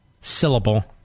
syllable